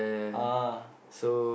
uh